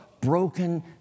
broken